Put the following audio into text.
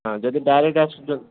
ହଁ ଯଦି ଡାଇରେକ୍ଟ ଆସୁଛନ୍ତି